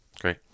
great